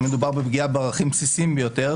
מדובר בפגיעה בערכים בסיסיים ביותר,